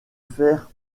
faire